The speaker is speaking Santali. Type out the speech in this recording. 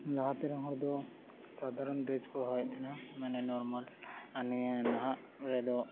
ᱞᱟᱦᱟ ᱛᱮᱨᱮᱱ ᱦᱚᱲ ᱫᱚ ᱥᱟᱫᱷᱟᱨᱚᱱ ᱰᱨᱮᱥ ᱠᱚ ᱦᱚᱨᱚᱜ ᱮᱫ ᱛᱟᱦᱮᱱᱟ ᱢᱟᱱᱮ ᱱᱳᱨᱢᱟᱞ ᱟᱨ ᱱᱤᱭᱟᱹ ᱱᱟᱦᱟᱜ ᱨᱮᱫᱚ